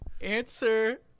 Answer